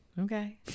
okay